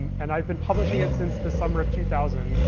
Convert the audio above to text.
and i've been publishing it since the summer of two thousand,